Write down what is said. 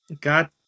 God